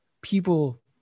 people